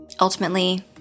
Ultimately